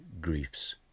griefs